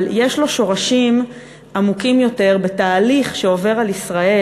אבל יש לו שורשים עמוקים יותר בתהליך שעובר על ישראל.